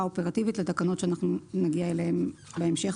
אופרטיבית לתקנות שאנחנו נגיע אליהן בהמשך,